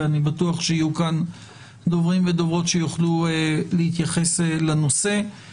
ואני בטוח שיהיו כאן דוברים ודוברות שיוכלו להתייחס לנושא.